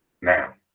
now